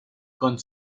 con